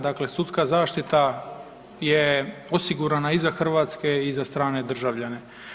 Dakle, sudska zaštita je osigurana i za hrvatske i za strane državljane.